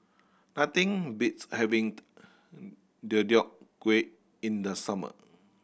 nothing beats having Deodeok Gui in the summer